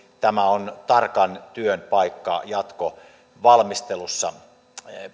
tämä on tarkan työn paikka jatkovalmistelussa